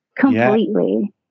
Completely